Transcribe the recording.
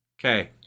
Okay